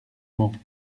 mans